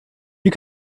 you